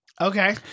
Okay